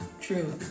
True